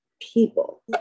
people